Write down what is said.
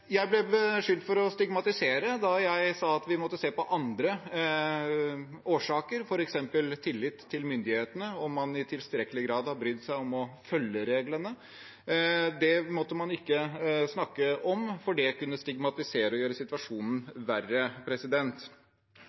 Jeg ble beskyldt for å stigmatisere da jeg sa at vi måtte se på andre årsaker, f.eks. tillit til myndighetene, om man i tilstrekkelig grad har brydd seg om å følge reglene. Det måtte man ikke snakke om, for det kunne stigmatisere og gjøre situasjonen verre.